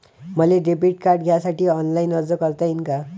मले debit card घ्यासाठी online अर्ज करता येते का?